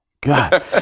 God